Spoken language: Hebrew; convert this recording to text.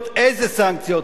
סנקציות איזה סנקציות?